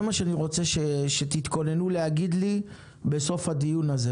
זה מה שאני רוצה שתתכוננו להגיד לי בסוף הדיון הזה,